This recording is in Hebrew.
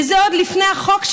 וזה עוד לפני החוק,